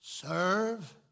serve